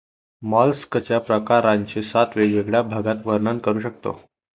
मॉलस्कच्या प्रकारांचे सात वेगवेगळ्या भागात वर्णन करू शकतो